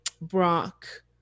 brock